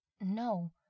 No